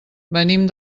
venim